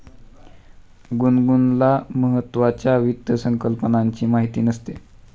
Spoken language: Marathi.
गुनगुनला महत्त्वाच्या वित्त संकल्पनांची माहिती नसते